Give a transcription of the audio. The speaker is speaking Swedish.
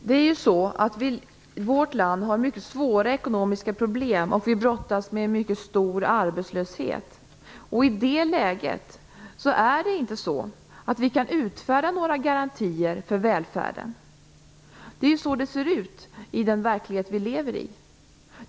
Herr talman! Vårt land har mycket svåra ekonomiska problem, och vi brottas med mycket stor arbetslöshet. I det läget kan vi inte utfärda några garantier för välfärden. Det är ju så det ser ut i den verklighet som vi lever i.